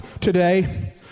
today